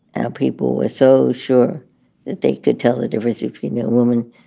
and people were so sure that they could tell the difference between a woman.